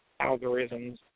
algorithms